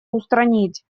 устранить